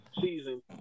season